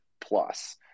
plus